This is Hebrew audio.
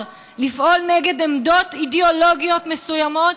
לפעול נגד עמדות אידיאולוגיות מסוימות,